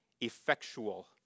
effectual